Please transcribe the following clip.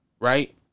Right